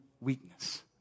weakness